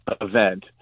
event